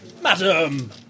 Madam